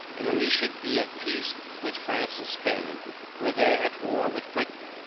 and we should be at peace with france and spain were they at war with britain.